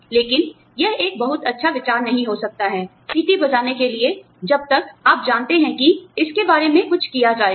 लेकिन यह एक बहुत अच्छा विचार नहीं हो सकता है सीटी को बजाने के लिए जब तक आप जानते हैं कि इसके बारे में कुछ किया जाएगा